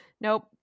nope